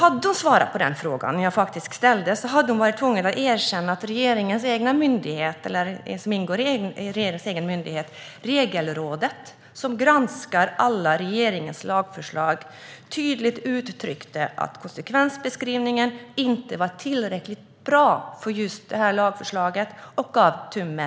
Hade hon svarat på den fråga jag faktiskt ställde hade hon varit tvungen att erkänna att Regelrådet, som ingår i regeringens egen myndighet och granskar alla regeringens lagförslag, tydligt uttryckte att konsekvensbeskrivningen inte var tillräckligt bra för det här lagförslaget och gav tummen ned.